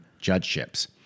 judgeships